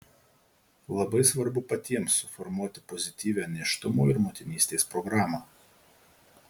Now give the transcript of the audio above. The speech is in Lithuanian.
labai svarbu patiems suformuoti pozityvią nėštumo ir motinystės programą